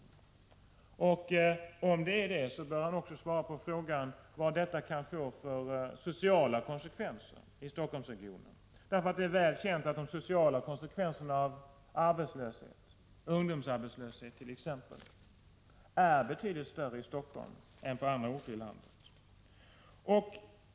Om industriministern har den uppfattningen, bör han också svara på frågan vad en lägre sysselsättningsgrad kan få för sociala konsekvenser i Stockholmsregionen. Det är väl känt att de sociala konsekvenserna av arbetslöshet, ungdomsarbetslöshet t.ex., är betydligt större i Stockholm än på andra orter i landet.